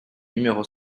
numéro